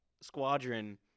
squadron